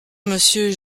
monsieur